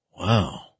Wow